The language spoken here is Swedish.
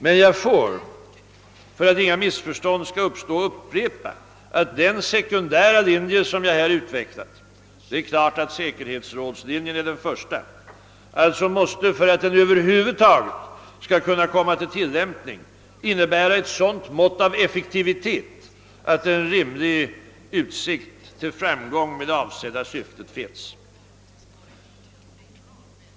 Men jag får, för att inga missförstånd skall uppstå, upprepa att den sekundära linje som jag här utvecklat — det är givet att säkerhetsrådslinjen är den primära — måste för att över hutaget kunna tillämpas innebära ett sådant mått av effektivitet att det finns rimlig utsikt till framgång med det avsedda syftet.